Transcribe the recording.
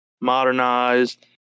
modernized